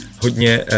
hodně